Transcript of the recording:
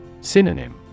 Synonym